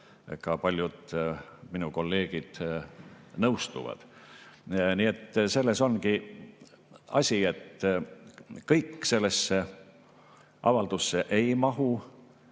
paljud minu kolleegid nõustuvad. Selles ongi asi, et kõik sellesse avaldusse ei mahu.